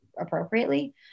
appropriately